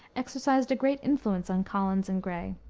exercised a great influence on collins and gray.